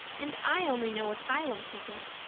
and i only know asylum-keeping.